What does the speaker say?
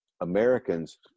Americans